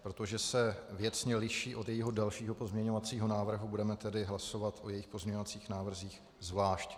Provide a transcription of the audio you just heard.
Protože se věcně liší od jejího dalšího pozměňovacího návrhu, budeme tedy hlasovat o jejích pozměňovacích návrzích zvlášť.